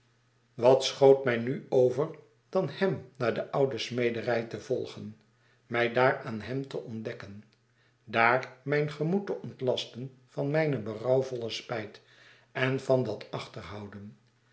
wat schoot mij nu over dan hem naar de oude smederij te volgen mij daar aan hem te ontdekken daar mijn gemoed te ontlasten van mijne berouwvolle spijt en van